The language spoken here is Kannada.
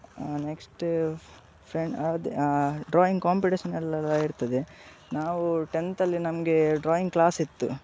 ನೆಕ್ಸ್ಟ್ ಫ್ರೆನ್ ಅದೇ ಡ್ರಾಯಿಂಗ್ ಕಾಂಪಿಟೇಷನ್ ಎಲ್ಲ ಇರ್ತದೆ ನಾವು ಟೆಂತಲ್ಲಿ ನಮಗೆ ಡ್ರಾಯಿಂಗ್ ಕ್ಲಾಸಿತ್ತು